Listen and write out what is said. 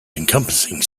encompassing